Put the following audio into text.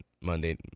Monday